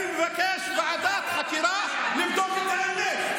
אני מבקש ועדת חקירה לבדוק את האמת.